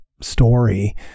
story